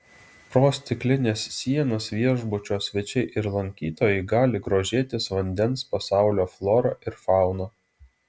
pro stiklines sienas viešbučio svečiai ir lankytojai gali grožėtis vandens pasaulio flora ir fauna